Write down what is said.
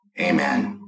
amen